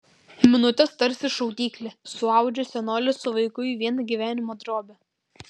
minutės tarsi šaudyklė suaudžia senolį su vaiku į vieną gyvenimo drobę